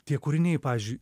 tie kūriniai pavyzdžiui